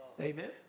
Amen